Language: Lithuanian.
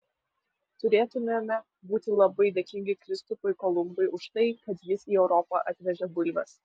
turėtumėme būti labai dėkingi kristupui kolumbui už tai kad jis į europą atvežė bulves